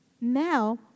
Now